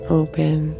open